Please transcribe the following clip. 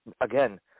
again